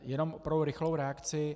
Jenom pro rychlou reakci.